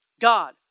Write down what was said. God